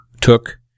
took